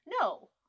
No